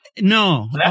no